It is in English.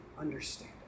understand